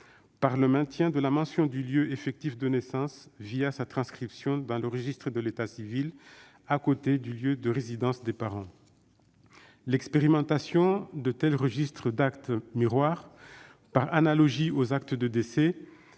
loi : maintenir la mention du lieu effectif de naissance sa transcription dans le registre de l'état civil, à côté de celle du lieu de résidence des parents. L'expérimentation de tels registres d'actes « miroirs », par analogie avec les actes de décès,